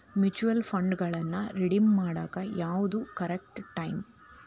mutual ಫಂಡ್ಗಳನ್ನ redeem ಮಾಡಾಕ ಯಾವ್ದು ಕರೆಕ್ಟ್ ಟೈಮ್